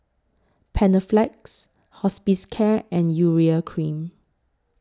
Panaflex Hospicare and Urea Cream